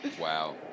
Wow